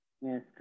Yes